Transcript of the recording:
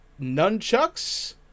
nunchucks